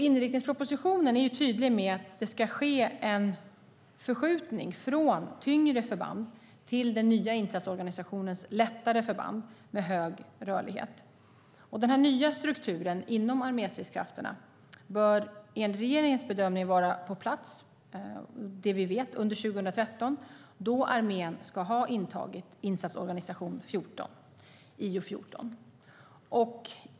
Inriktningspropositionen är tydlig med att det ska ske en förskjutning från tyngre förband till den nya insatsorganisationens lättare förband med hög rörlighet. Den nya strukturen inom arméstridskrafterna bör enligt regeringens bedömning, såvitt vi vet, vara på plats under 2013 då armén ska ha intagit Insatsorganisation 2014, IO 14.